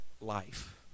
life